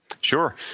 Sure